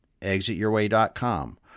ExitYourWay.com